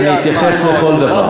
אני אתייחס לכל דבר.